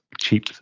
cheap